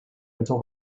until